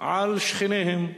על שכניהם,